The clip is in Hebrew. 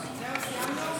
2 נתקבלו.